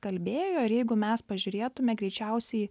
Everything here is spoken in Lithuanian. kalbėjo ir jeigu mes pažiūrėtume greičiausiai